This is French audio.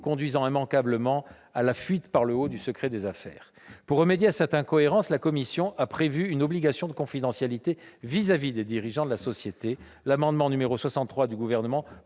conduisait immanquablement à la fuite par le haut du secret des affaires. Pour remédier à cette incohérence, la commission a prévu une obligation de confidentialité à l'égard des dirigeants de la société. L'amendement n° 63 du Gouvernement